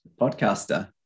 podcaster